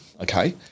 okay